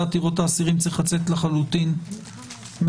עתירות האסירים צריך לצאת לחלוטין מהחוק.